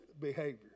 behavior